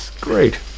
Great